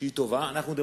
תלכו לקונסוליה, תגנו על